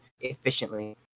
efficiently